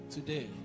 Today